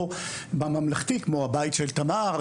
או בממלכתי כמו "הבית של תמר",